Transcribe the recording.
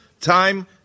time